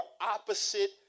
opposite